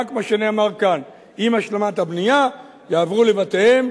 מה שנאמר כאן: עם השלמת הבנייה יעברו לבתיהם,